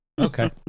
Okay